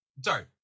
Sorry